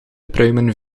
pruimen